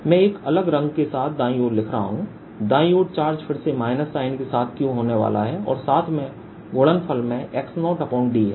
मैं एक अलग रंग के साथ दाईं ओर लिख रहा हूं दाईं ओर चार्ज फिर से माइनस साइन के साथ Q होने वाला है और साथ में गुणनफल में x0d है